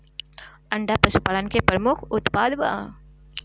अंडा पशुपालन के प्रमुख उत्पाद बा